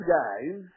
guys